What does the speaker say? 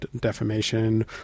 defamation